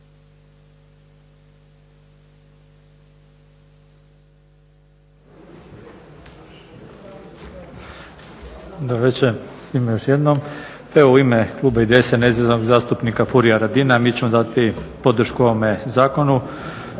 Dobro veče još jednom. Evo u ime kluba IDS-a nezavisnog zastupnika Furia Radina mi ćemo dati podršku ovome zakonu.